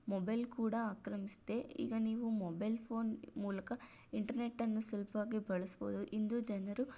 mobile ಕೂಡ ಆಕ್ರಮಿಸಿದೆ ಈಗ ನೀವು ಮೊಬೆಲ್ ಫೋನ್ ಮೂಲಕ ಇಂಟರ್ನೆಟ್ ಅನ್ನು ಸುಲಭವಾಗಿ ಬಳಸ್ಬೋದು ಇಂದು ಜನರು